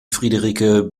friederike